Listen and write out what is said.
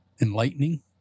enlightening